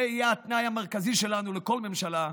זה יהיה התנאי המרכזי שלנו לכל ממשלה: